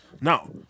Now